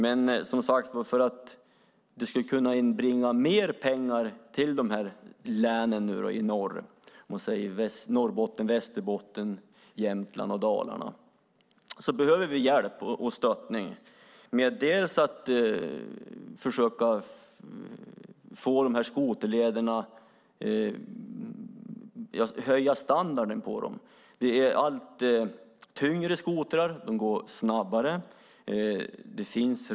Men för att, som sagt, mer pengar ska kunna inbringas till länen i norr - Norrbotten, Västerbotten, Jämtland och Dalarna - behöver vi hjälp och stöttning. Det gäller att försöka höja standarden på skoterlederna. Skotrarna blir allt tyngre och går allt snabbare.